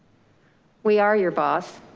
we are your boss,